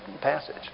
passage